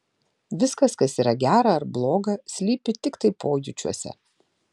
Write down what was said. viskas kas yra gera ar bloga slypi tiktai pojūčiuose